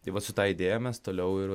tai vat su ta idėja mes toliau ir